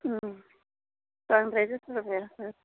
दा ओमफ्राय